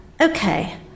Okay